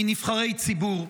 מנבחרי ציבור.